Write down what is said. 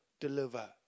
deliver